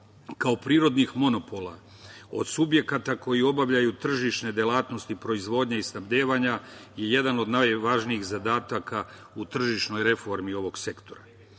kao prirodnih monopola od subjekata koji obavljaju tržišne delatnosti proizvodnje i snabdevanja je jedan od najvažnijih zadataka u tržišnoj reformi ovog sektora.